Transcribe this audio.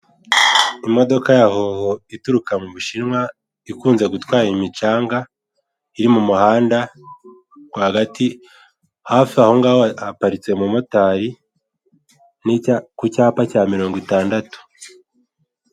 Imodoka ya hoho ituruka mu bushinwa ikunze gutwara imicanga iri mu muhanda rwagati, hafi ahongaho haparitse umumotari ku cyapa cyaro mirongo itandatu.